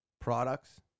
products